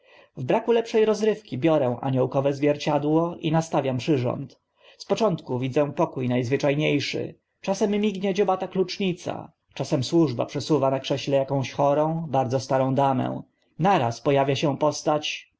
braku lepsze rozrywki biorę aniołkowe zwierciadło i nastawiam przyrząd z początku widzę pokó na zwycza nie szy czasem mignie dziobata klucznica czasem służba przesuwa na krześle akąś chorą bardzo starą damę naraz po awia się postać